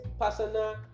personal